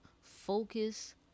focus